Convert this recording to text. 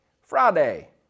Friday